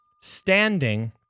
Standing